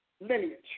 lineage